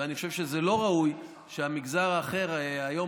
ואני חושב שזה לא ראוי שהמגזר האחר היום,